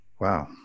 Wow